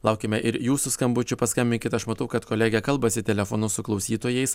laukiame ir jūsų skambučių paskambinkit aš matau kad kolegė kalbasi telefonu su klausytojais